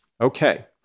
Okay